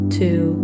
two